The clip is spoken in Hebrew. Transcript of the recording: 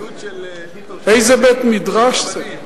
איזה בית-מדרש זה?